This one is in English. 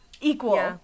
Equal